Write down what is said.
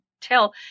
tell